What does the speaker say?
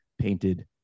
painted